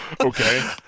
Okay